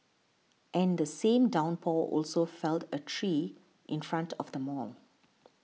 and the same downpour also felled a tree in front of the mall